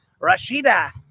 Rashida